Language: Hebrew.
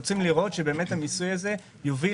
אנחנו רוצים לראות שבאמת המיסוי הזה יוביל